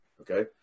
okay